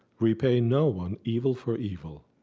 repay no one evil for evil,